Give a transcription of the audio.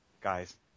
guys